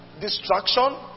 destruction